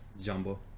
Jumbo